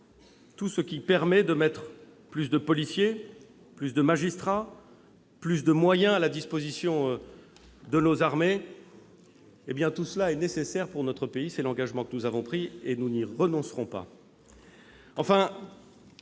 tout ce qui permet de mobiliser plus de policiers et de magistrats, et de mettre plus de moyens à la disposition de nos armées, est nécessaire pour notre pays- c'est l'engagement que nous avons pris, et nous n'y renoncerons pas.